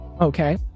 Okay